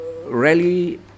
Rally